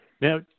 Now